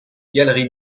galerie